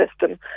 system